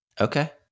Okay